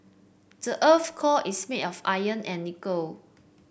the earth's core is made of iron and nickel